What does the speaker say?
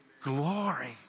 glory